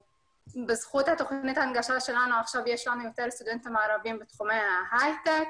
בזכות תוכנית ההנגשה שלנו יש לנו יותר סטודנטים ערבים בתחומי ההייטק